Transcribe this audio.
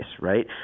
right